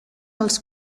als